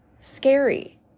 scary